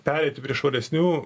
pereiti prie švaresnių